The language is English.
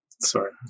Sorry